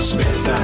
Smith &